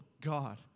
God